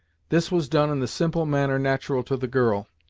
this was done in the simple manner natural to the girl.